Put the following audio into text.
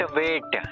wait